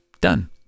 Done